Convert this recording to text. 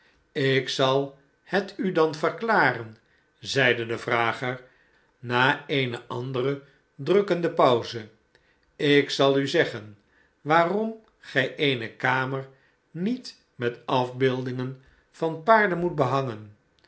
ik zal het u dan verklaren zeide de vrager na eene andere drukkende pauze ik zal u zeggen waarom gij eene kamer niet met afbeeldingen van paarden moet behangen